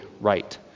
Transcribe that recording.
right